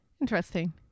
Interesting